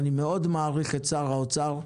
ואני מעריך מאוד את שר האוצר,